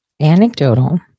Anecdotal